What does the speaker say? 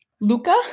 Luca